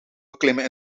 beklimmen